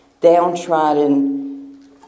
downtrodden